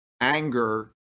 anger